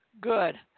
Good